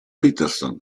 peterson